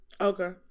Okay